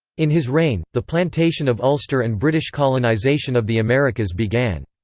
in his reign, the plantation of ulster and british colonisation of the americas began.